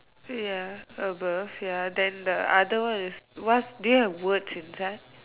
ya above ya then the other one is what do you have words inside